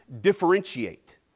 differentiate